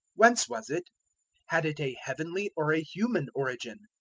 whence was it had it a heavenly or a human origin?